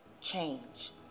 change